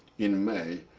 in may.